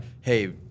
hey